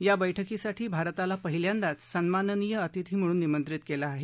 या बैठकीसाठी भारताला पहिल्यांदाच सन्माननीय अतिथी म्हणून निमंत्रित केलं आहे